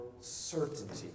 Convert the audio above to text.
certainty